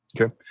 Okay